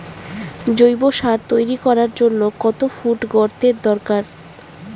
জৈব সার তৈরি করার জন্য কত ফুট গর্তের দরকার?